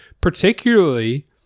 Particularly